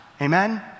Amen